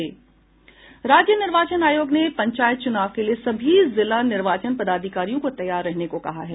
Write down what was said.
राज्य निर्वाचन आयोग ने पंचायत चुनाव के लिए सभी जिला निर्वाचन पदाधिकारियों को तैयार रहने को कहा है